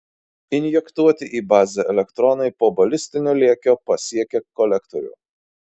injektuoti į bazę elektronai po balistinio lėkio pasiekia kolektorių